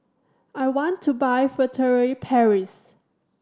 I want to buy Furtere Paris